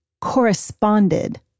corresponded